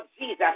Jesus